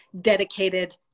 dedicated